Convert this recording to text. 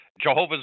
Jehovah's